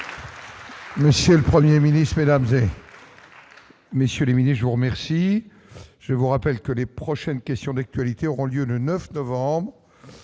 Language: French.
Monsieur le Premier ministre, mesdames, messieurs les ministres, je vous remercie. Je rappelle que les prochaines questions d'actualité au Gouvernement